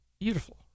beautiful